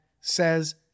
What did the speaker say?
says